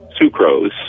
sucrose